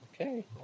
Okay